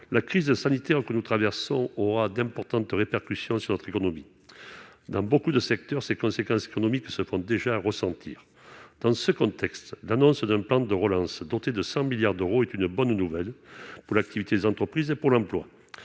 la crise sanitaire que nous traversons aura d'importantes répercussions sur notre économie, dans beaucoup de secteurs, ses conséquences économiques se font déjà ressentir dans ce contexte d'annonce d'un plan de relance, doté de 5 milliards d'euros, est une bonne nouvelle pour l'activité des entreprises pour l'emploi